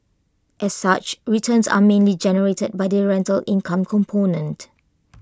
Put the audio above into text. as such returns are mainly generated by the rental income component